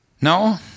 No